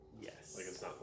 Yes